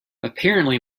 apparently